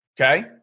Okay